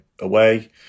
away